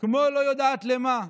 כמו לא יודעת לְמה',